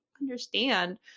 understand